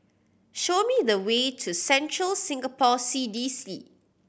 show me the way to Central Singapore C D C